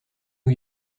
new